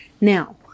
Now